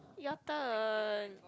your turn